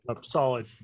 solid